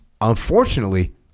Unfortunately